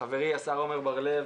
חברי השר עמר בר לב,